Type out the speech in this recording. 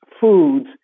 foods